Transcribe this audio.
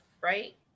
right